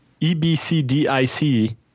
EBCDIC